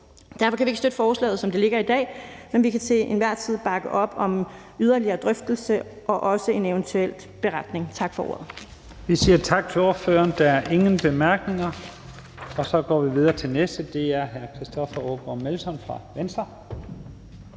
Derfor kan vi ikke støtte forslaget, som det ligger her i dag, men vi kan til enhver tid bakke op om yderligere drøftelser og også en eventuel beretning. Tak for ordet. Kl. 12:14 Første næstformand (Leif Lahn Jensen): Vi siger tak til ordføreren. Der er ingen korte bemærkninger. Så går vi videre til den næste, og det er hr. Christoffer Aagaard Melson fra Venstre.